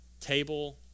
table